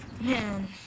Man